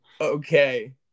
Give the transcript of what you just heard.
okay